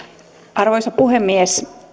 arvoisa puhemies